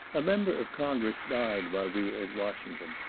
a member of congress died while we were at washington,